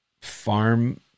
farm